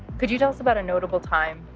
could you tell us about a notable time